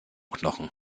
knochen